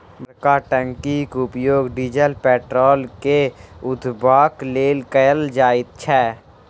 बड़का टंकीक उपयोग डीजल पेट्रोल के उघबाक लेल कयल जाइत छै